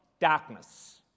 Darkness